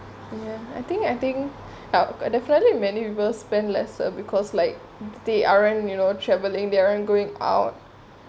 ya I think I think definitely many people spend lesser because like they aren't you know travelling they aren't going out